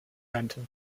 rental